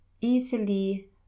easily